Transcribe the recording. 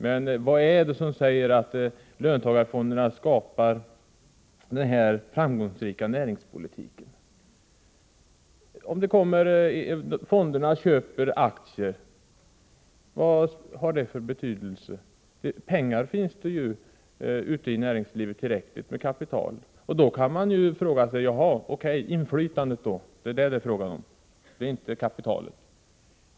Men vad är det som säger att löntagarfonderna skapar denna framgångsrika näringspolitik? Vad har det för betydelse om fonderna köper aktier? Det finns ju tillräckligt med pengar ute i näringslivet. Man kan då fråga sig om det är inflytande det är fråga om och inte kapitalet.